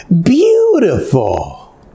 Beautiful